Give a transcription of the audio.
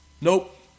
Nope